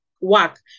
work